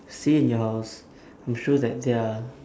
stay in your house I'm sure that there are